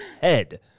head